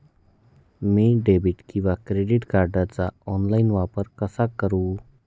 मी debit किंवा credit कार्डचा online वापर कसा करु?